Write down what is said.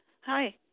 Hi